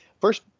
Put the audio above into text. first